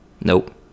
Nope